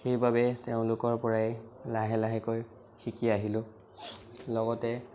সেইবাবেই তেওঁলোকৰ পৰাই লাহে লাহেকৈ শিকি আহিলো লগতে